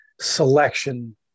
selection